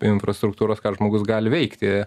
infrastruktūros ką žmogus gali veikti